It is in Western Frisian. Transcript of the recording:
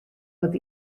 wat